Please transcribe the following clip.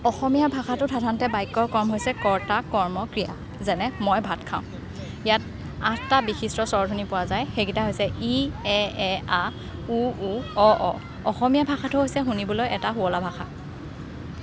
অসমীয়া ভাষাটোত সাধাৰণতে বাক্যৰ ক্ৰম হৈছে কৰ্তা কৰ্ম ক্ৰিয়া যেনে মই ভাত খাওঁ ইয়াত আঠটা বিশিষ্ট স্বৰধ্বনি পোৱা যায় সেইকেইটা হৈছে ই এ এ আ উ ঊ অ অ অসমীয়া ভাষাটো হৈছে শুনিবলৈ এটা শুৱলা ভাষা